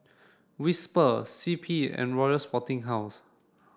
Whisper C P and Royal Sporting House